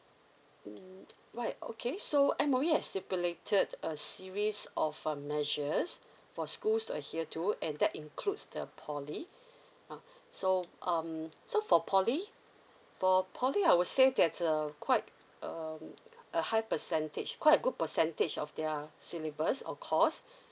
mm right okay so M_O_E has stipulated a series of a uh measures for schools to adhere to and that includes the poly uh so um so for poly for poly I would say that uh quite um a high percentage quite a good percentage of their syllabus or course